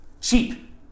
cheap